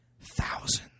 thousands